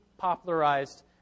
popularized